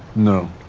no